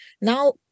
Now